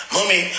Mommy